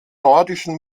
nordischen